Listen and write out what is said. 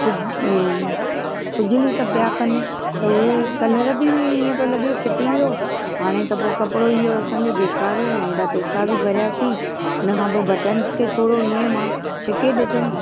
खुजली त पिया कनि त उहे कलर बि ईअं पियो लॻे फिटी वियो हाणे त पोइ कपिड़ो इयो असांजो बेकारु वियो ऐं एॾा पेसा बि भरियासीं हुनखां पोइ बटन्स खे थोरा हीअं मां छिके ॾिठमि